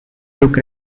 took